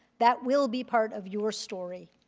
that will be part of your story,